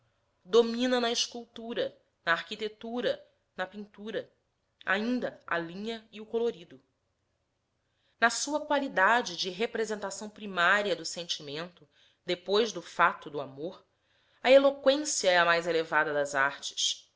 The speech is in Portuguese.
domina na escultura na arquitetura na pintura ainda a linha e o colorido na sua qualidade de representação primária do sentimento depois do fato do amor a eloqüência é a mais elevada das artes